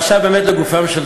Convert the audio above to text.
אחרי כמה שעות זה עובר.